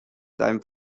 seinem